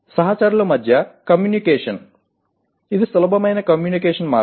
సహచరుల మధ్య కమ్యూనికేషన్ ఇది సులభమైన కమ్యూనికేషన్ మార్గం